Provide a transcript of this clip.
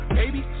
baby